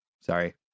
Sorry